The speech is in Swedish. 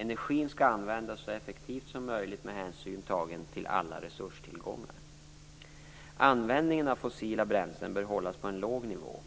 Energin skall användas så effektivt som möjligt med hänsyn tagen till alla resurstillgångar. Användningen av fossila bränslen bör hållas på en låg nivå.